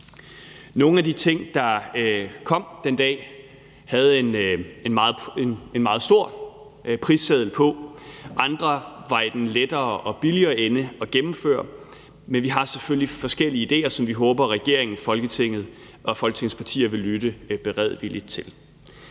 Nogle af de ting, der kom frem den dag, havde en meget stor prisseddel på, andre var i den lettere og billigere ende at gennemføre. Men vi har selvfølgelig forskellige idéer, som vi håber at regeringen og Folketingets partier vil lytte beredvilligt til.